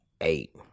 eight